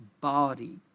body